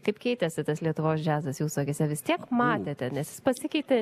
kaip keitėsi tas lietuvos džiazas jūsų akyse vis tiek matėte nes jis pasikeitė